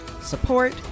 support